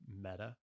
meta